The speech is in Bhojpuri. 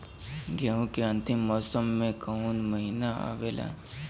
गेहूँ के अंतिम मौसम में कऊन महिना आवेला?